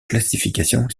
classification